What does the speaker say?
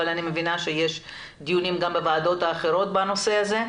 אבל אני מבינה שיש דיונים גם בוועדות האחרות בנושא הזה.